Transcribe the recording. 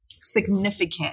significant